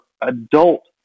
adult